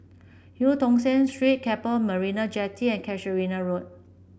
Eu Tong Sen Street Keppel Marina Jetty and Casuarina Road